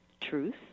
truth